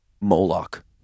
moloch